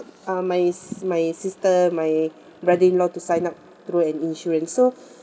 helped uh my my sister my brother-in-law to sign up through an insurance so